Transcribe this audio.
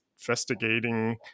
investigating